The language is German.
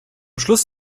schluss